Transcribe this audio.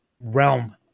realm